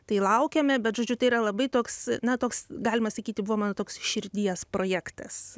tai laukiame bet žodžiu tai yra labai toks na toks galima sakyti buvo mano toks širdies projektas